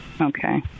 Okay